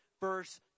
verse